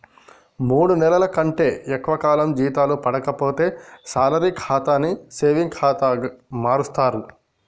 మూడు నెలల కంటే ఎక్కువ కాలం జీతాలు పడక పోతే శాలరీ ఖాతాని సేవింగ్ ఖాతా మారుస్తరు